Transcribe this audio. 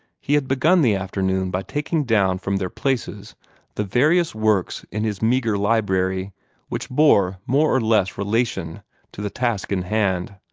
he had begun the afternoon by taking down from their places the various works in his meagre library which bore more or less relation to the task in hand.